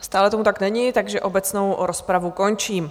Stále tomu tak není, takže obecnou rozpravu končím.